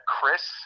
Chris